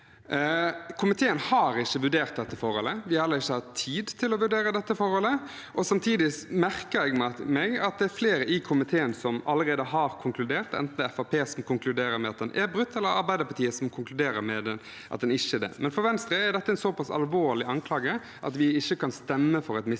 Komiteen har ikke vurdert dette forholdet. Vi har heller ikke hatt tid til å vurdere dette forholdet. Samtidig merker jeg meg at det er flere i komiteen som allerede har konkludert, enten det er Fremskrittspartiet, som konkluderer med at den er brutt, eller Arbeiderpartiet, som konkluderer med at den ikke er det. For Venstre er dette en såpass alvorlig anklage at vi ikke kan stemme for et